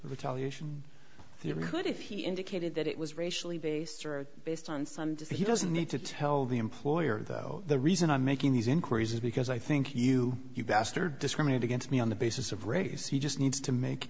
retaliation you could if he indicated that it was racially based or based on some degree he doesn't need to tell the employer though the reason i'm making these inquiries is because i think you bastard discriminate against me on the basis of race he just needs to make